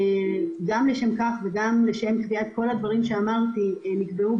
לשם כך ולשם קביעת כל הדברים שאמרתי נקבעו